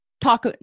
talk